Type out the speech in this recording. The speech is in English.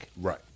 Right